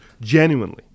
Genuinely